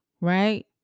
right